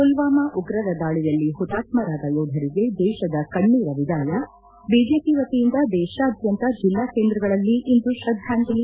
ಪುಲ್ನಾಮ ಉಗ್ರರ ದಾಳಿಯಲ್ಲಿ ಹುತಾತ್ಸರಾದ ಯೋಧರಿಗೆ ದೇಶದ ಕಣ್ನೇರ ವಿದಾಯ ಬಿಜೆಪಿ ವತಿಯಿಂದ ದೇಶಾದ್ಯಂತ ಜೆಲ್ಲಾ ಕೇಂದ್ರಗಳಲ್ಲಿ ಇಂದು ಶ್ರದ್ದಾಂಜಲಿ ಸಭೆ